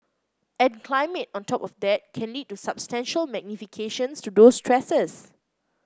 and climate on top of that can lead to substantial magnifications to those stresses